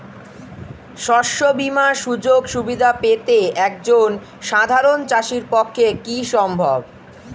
শস্য বীমার সুযোগ সুবিধা পেতে একজন সাধারন চাষির পক্ষে কি সম্ভব?